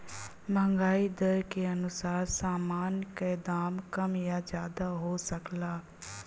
महंगाई दर के अनुसार सामान का दाम कम या ज्यादा हो सकला